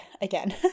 Again